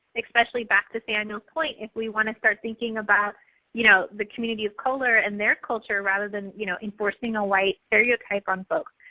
especially, back to samuel's point, if we want to start thinking about you know the community of color and their culture rather than you know enforcing a white stereotype on folks.